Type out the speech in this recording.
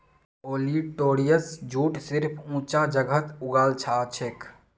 olitorius jute सिर्फ ऊंचा जगहत उगाल जाछेक